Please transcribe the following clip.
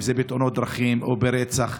אם זה בתאונות דרכים או ברצח,